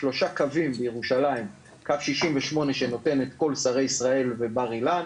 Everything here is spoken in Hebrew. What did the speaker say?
שלושה קווים בירושלים: קו 68 שנותן את כל שרי ישראל ובר-אילן,